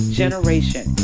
generation